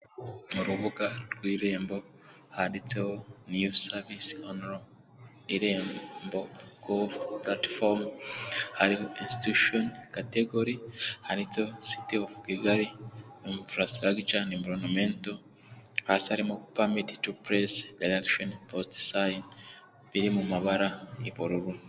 mu rubuga rw'irembo handitseho niyu savisi ono irembogove datafomo hari institusheni kategori handitseho citi ofu kigali sitaragica environomento hasi ari harimo periti to puresi eregisheni posita biri mu mabara iubururu